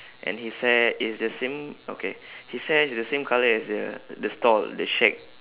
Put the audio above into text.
and his hair is the same okay his hair is the same colour as the the stall the shack